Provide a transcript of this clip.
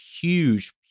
huge